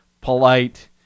polite